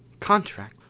contract.